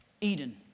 Eden